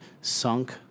sunk